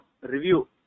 review